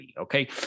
Okay